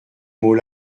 mot